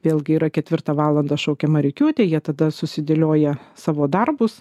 vėlgi yra ketvirtą valandą šaukiama rikiuotė jie tada susidėlioja savo darbus